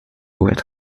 red